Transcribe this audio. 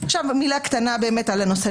מילה קטנה על הנושא